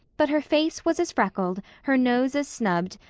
but her face was as freckled, her nose as snubbed,